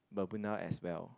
bermuda as well